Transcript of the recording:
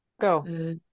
Go